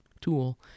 tool